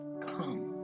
come